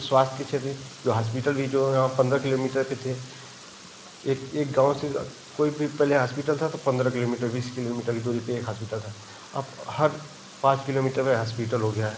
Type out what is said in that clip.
स्वास्थय के क्षेत्र में जो हास्पिटल भी जो यहाँ पंद्रह किलोमीटर के थे एक एक गाँव से कोई भी पहले हास्पिटल था तो पंद्रह किलोमीटर बीस किलोमीटर की दूरी पे एक हास्पिटल था आप हर पाँच किलोमीटर में हास्पिटल हो गया है